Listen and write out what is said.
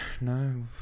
No